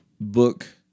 book